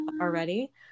already